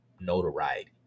notoriety